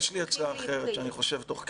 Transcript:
יש לי הצעה אחרת שאני חושב תוך כדי.